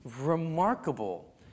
remarkable